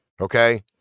okay